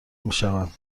میشوند